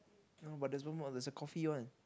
no but there's no more there's the coffee one